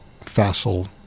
facile